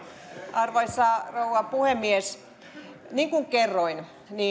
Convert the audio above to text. arvoisa rouva puhemies niin kuin kerroin